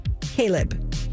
Caleb